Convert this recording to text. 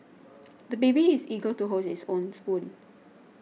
the baby is eager to hold his own spoon